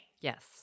Yes